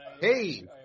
hey